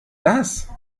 das